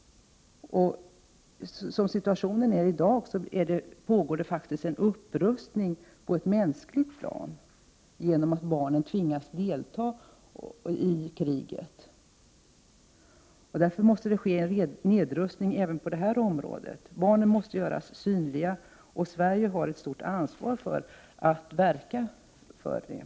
Som situationen i dag är pågår det en upprustning på det mänskliga planet genom att barnen tvingas delta i krig. Därför måste det ske en nedrustning även på det området. Barnen måste göras synliga, och Sverige har ett stort ansvar för att det sker.